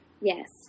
yes